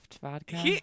vodka